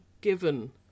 given